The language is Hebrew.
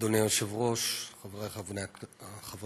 אדוני היושב-ראש, חברי חברי הכנסת,